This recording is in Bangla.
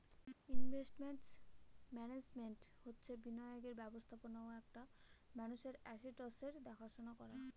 ইনভেস্টমেন্ট মান্যাজমেন্ট হচ্ছে বিনিয়োগের ব্যবস্থাপনা ও একটা মানুষের আসেটসের দেখাশোনা করা